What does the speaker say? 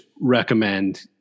recommend